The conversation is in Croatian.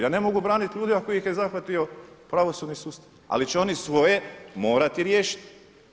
Ja ne mogu braniti ljude ako ih je zahvatio pravosudni sustava, ali će oni svoje morati riješiti.